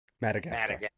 Madagascar